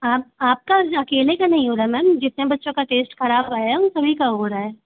आपका अकेले का नहीं होगा मैम जितने बच्चों का टेस्ट खराब आया है उन सभी का हो रहा है